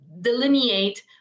delineate